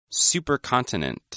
supercontinent